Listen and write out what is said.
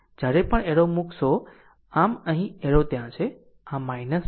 જ્યારે પણ એરો મૂકશે આમ અહીં એરો ત્યાં છે અને આ છે